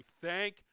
thank